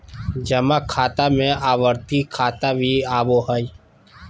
जमा खाता में आवर्ती खाता भी आबो हइ